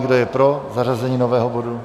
Kdo je pro zařazení nového bodu?